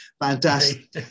Fantastic